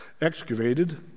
excavated